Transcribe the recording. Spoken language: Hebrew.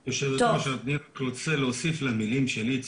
אני רוצה להוסיף למילים של איציק.